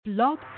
Blog